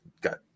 got